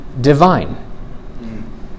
divine